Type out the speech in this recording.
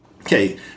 Okay